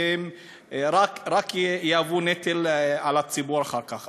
והם רק יהיו נטל על הציבור אחר כך.